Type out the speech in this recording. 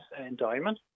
endowment